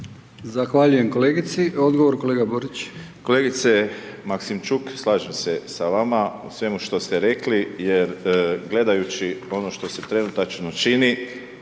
Zahvaljujem kolegici. Odgovor kolega Borić. **Borić, Josip (HDZ)** Kolegice Maksimčuk, slažem se s vama u svemu što ste rekli, jer gledajući ono što se trenutačno čini,